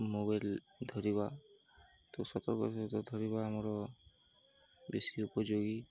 mobile ଧରିବା ଶତପ୍ରତିଶତ ଧରିବା ଆମର ବେଶି ଉପଯୋଗୀ